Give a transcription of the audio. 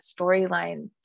storyline